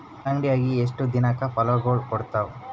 ಕಲ್ಲಂಗಡಿ ಅಗಿ ಎಷ್ಟ ದಿನಕ ಫಲಾಗೋಳ ಕೊಡತಾವ?